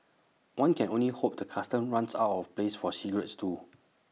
one can only hope the Customs runs out of place for cigarettes too